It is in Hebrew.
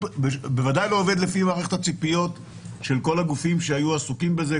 בוודאי לא עובד לפי מערכת הציפיות של כל הגופים שהיו עסוקים בזה,